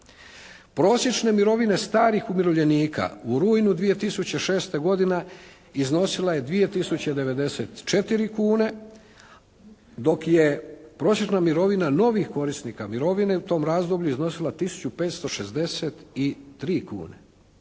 Prosječne mirovine starih umirovljenika u rujnu 2006. godine iznosila je 2.094,00 kune dok je prosječna mirovina novih korisnika mirovine u tom razdoblju iznosila 1.563,00 kune.